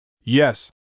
Yes